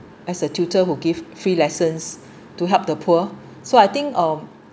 as a tutor who give free lessons to help the poor so I think of